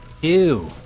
Ew